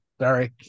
sorry